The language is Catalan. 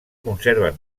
conserven